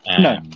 no